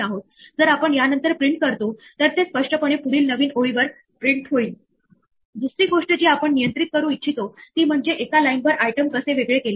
आता आपण exception handling चा वापर ज्या एरर चा अंदाज घेता येत नाही त्या हाताळण्यासाठी बघितल्या